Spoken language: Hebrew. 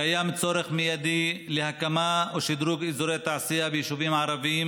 קיים צורך מיידי בהקמה ובשדרוג של אזורי תעשייה ביישובים הערביים